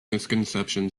misconception